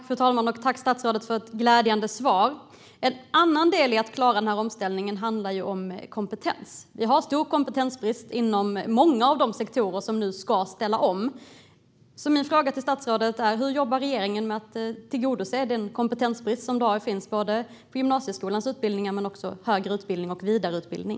Fru talman! Tack, statsrådet, för ett glädjande svar! En annan del i att klara denna omställning handlar om kompetens. Vi har stor kompetensbrist inom många av de sektorer som nu ska ställa om. Min fråga till statsrådet är: Hur jobbar regeringen med att komma till rätta med den kompetensbrist som finns när det gäller såväl gymnasieskolans utbildningar som högre utbildning och vidareutbildning?